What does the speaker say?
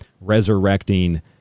resurrecting